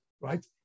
right